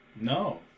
No